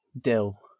Dill